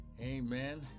Amen